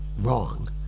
wrong